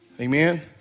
Amen